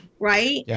right